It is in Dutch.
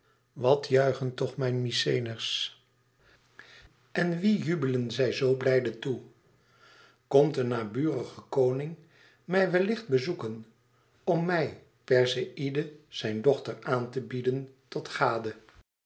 wat juichen toch mijn mykenæërs en wien jubelen zij zo blijde toe komt een naburige koning mij wellicht bezoeken om mij perseïde zijn dochter aan te bieden tot gade